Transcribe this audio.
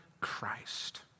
Christ